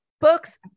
Books